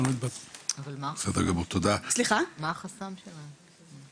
מה החסם שלהם?